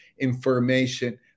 information